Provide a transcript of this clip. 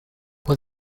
fue